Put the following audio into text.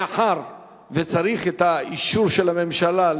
מאחר שצריך את האישור של הממשלה,